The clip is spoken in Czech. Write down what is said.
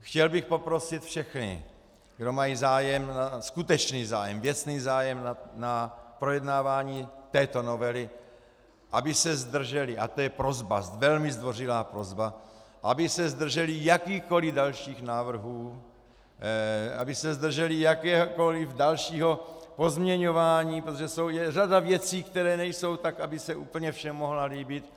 Chtěl bych poprosit všechny, kdo mají zájem, skutečný zájem, věcný zájem na projednávání této novely, aby se zdrželi, a to je prosba, velmi zdvořilá prosba, aby se zdrželi jakýchkoliv dalších návrhů, aby se zdrželi jakéhokoliv dalšího pozměňování, protože je řada věcí, které nejsou tak, aby se úplně všem mohly líbit,